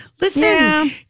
listen